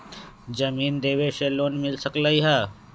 जमीन देवे से लोन मिल सकलइ ह?